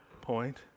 point